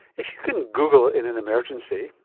if you can google in an emergency,